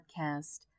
podcast